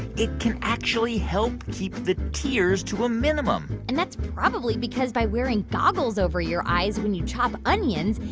it can actually help keep the tears to a minimum and that's probably because by wearing goggles over your eyes when you chop onions,